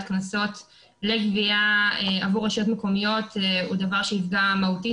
קנסות לגבייה עבור רשויות מקומיות הוא דבר שיפגע מהותית